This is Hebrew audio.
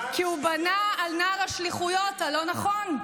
כי הוא בנה על נער השליחויות הלא נכון.